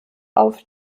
auf